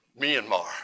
Myanmar